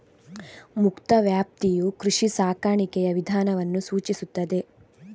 ಮುಕ್ತ ವ್ಯಾಪ್ತಿಯು ಕೃಷಿ ಸಾಕಾಣಿಕೆಯ ವಿಧಾನವನ್ನು ಸೂಚಿಸುತ್ತದೆ